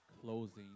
closing